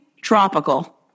tropical